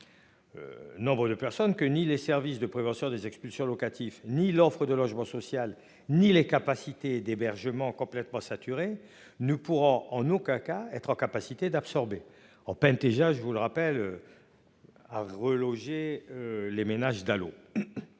Nombre de personnes que ni les services de prévention des expulsions locatives ni l'offre de logement social, ni les capacités d'hébergement complètement saturé ne pourra en aucun cas être en capacité d'absorber en peine déjà je vous le rappelle. À reloger les ménages Dalo.